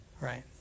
right